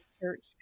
church